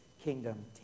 kingdom